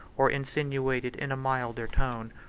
or insinuated in a milder, tone,